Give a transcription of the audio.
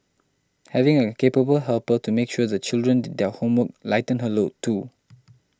having a capable helper to make sure the children did their homework lightened her load too